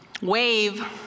wave